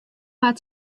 waard